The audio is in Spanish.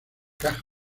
caja